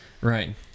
Right